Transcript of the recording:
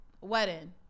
wedding